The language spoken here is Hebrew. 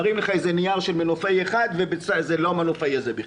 מראים לך נייר של מנופאי אחד וזה לא המנופאי הזה בכלל.